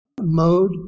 mode